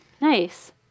nice